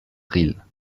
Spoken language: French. risle